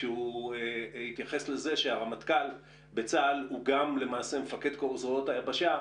הוא התייחס לכך שהרמטכ"ל הוא גם מפקד כל זרועות היבשה,